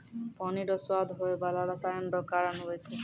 पानी रो स्वाद होय बाला रसायन रो कारण हुवै छै